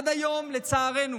עד היום לצערנו